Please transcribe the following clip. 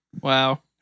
Wow